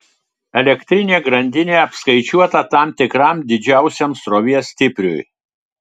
elektrinė grandinė apskaičiuota tam tikram didžiausiam srovės stipriui